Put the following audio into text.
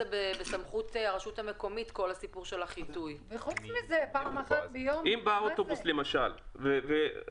מדובר בקווי שירות גם באוטובוסים וגם במוניות שירות,